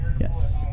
Yes